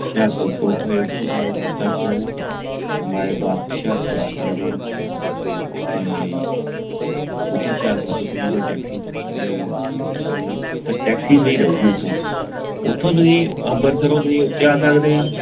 ਹੁਸ਼ਿਆਰਪੁਰ ਤੋਂ ਇੱਥੋਂ ਤੁਸੀਂ ਅੰਬਰਸਰ ਤੋਂ ਬਾਇਪਾਸ ਹੁਸ਼ਿਆਰਪੁਰ ਆ ਸਕਦੇ ਹਾਂ ਅਤੇ ਉੱਥੋਂ ਹੁਸ਼ਿਆਪੁਰ ਤੋਂ ਤੁਸੀਂ ਜਾਂ ਟੈਕਸੀ 'ਚ ਜੇ ਵਿਜਿਟ ਕਰਨਾ ਤਾਂ ਟੈਕਸੀ ਸਹੀ ਰਹੂਗੀ ਉੱਥੋਂ ਉੱਥੋਂ ਤੁਸੀ ਅੰਬਰਸਰੋਂ ਉੱਤੇ ਆ ਸਕਦੇ ਹਾਂ